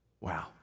Wow